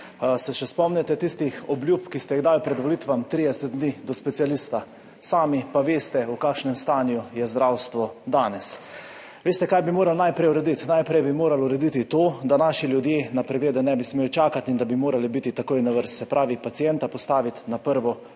Se še spomnite tistih obljub, ki ste jih dali pred volitvami, 30 dni do specialista? Sami pa veste, v kakšnem stanju je zdravstvo danes. Veste, kaj bi morali najprej urediti? Najprej bi morali urediti to, da naši ljudje na preglede ne bi čakali in da bi bili takoj na vrst, se pravi pacienta postaviti na prvo